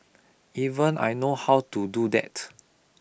even I know how to do that